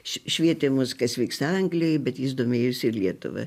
švietė mus kas vyksta anglijoj bet jis domėjosi lietuva